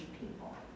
people